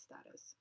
status